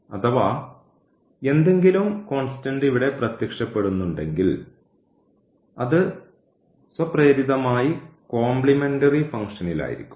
അഥവാ എന്തെങ്കിലും കോൺസ്റ്റന്റ് ഇവിടെ പ്രത്യക്ഷപ്പെടുന്നുണ്ടെങ്കിൽ അത് സ്വപ്രേരിതമായി കോംപ്ലിമെന്ററി ഫംഗ്ഷനിൽ ആയിരിക്കും